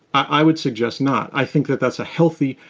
i would suggest not. i think that that's a healthy,